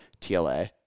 TLA